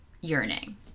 yearning